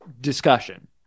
discussion